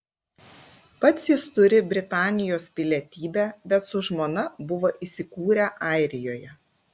pats jis turi britanijos pilietybę bet su žmona buvo įsikūrę airijoje